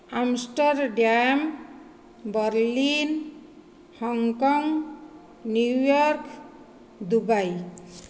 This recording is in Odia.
Amsterdam Berlin Hong Kong New York Dubai